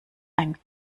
ein